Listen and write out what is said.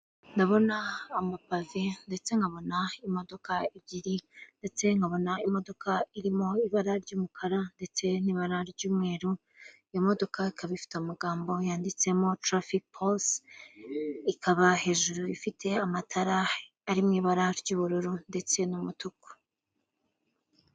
Ndabona amapave ndetse nkabona imodoka ebyiri ndetse nkabona imodoka irimo ibara ry'umukara ndetse n'ibara ry'umweru, imodokadoka ikaba ifite amagambo yanditsemo tartafike polisi, ikaba hejuru ifite amatara ari mu ibara ry'ubururu ndetse n'umutuku.